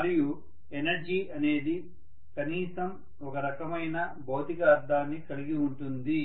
మరియు ఎనర్జీ అనేది కనీసం ఒక రకమైన భౌతిక అర్థాన్ని కలిగి ఉంటుంది